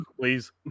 please